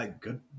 good